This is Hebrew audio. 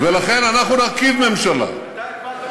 ולכן אנחנו נרכיב ממשלה, מונרכיה?